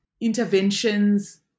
interventions